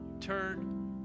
turn